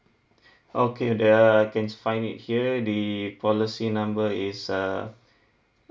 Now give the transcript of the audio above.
okay the err I can find it here the policy number is uh